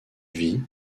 vit